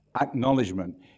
acknowledgement